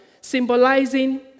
symbolizing